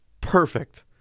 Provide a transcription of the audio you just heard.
Perfect